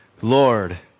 Lord